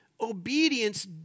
Obedience